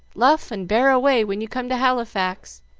luff and bear away when you come to halifax!